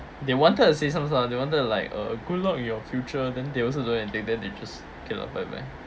they wanted to say some lah they wanted to like uh good luck in your future then they also don't know anything then they just okay lah bye bye